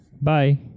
Bye